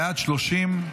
בעד, 30,